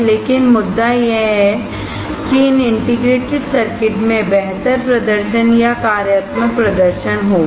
लेकिन मुद्दा यह है कि इन इंटीग्रेटेड सर्किट में बेहतर प्रदर्शन या कार्यात्मक प्रदर्शन होगा